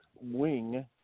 wing